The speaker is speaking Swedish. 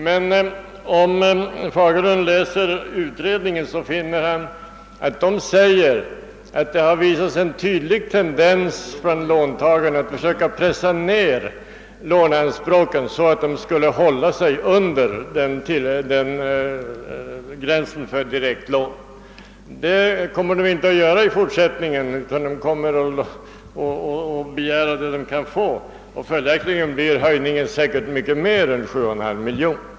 Men om herr Fagerlund läser utredningen så finner han att man där säger, att det har visats en tydlig tendens bland låntagarna att försöka pressa ned låneanspråken så att de skulle hålla sig under gränsen för direktlån. Det kommer de inte att göra i fortsättningen, och följaktligen blir höjningen säkert mycket mer än 7,5 miljoner.